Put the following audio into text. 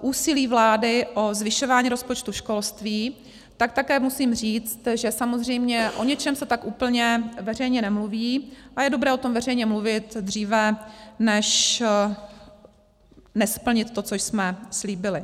úsilí vlády o zvyšování rozpočtu školství, tak také musím říct, že samozřejmě o něčem se tak úplně veřejně nemluví a je dobré o tom veřejně mluvit dříve, než nesplnit to, co jsme slíbili.